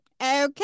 Okay